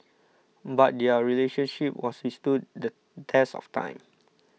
but their relationship was withstood the test of time